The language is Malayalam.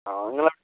ആ നിങ്ങൾ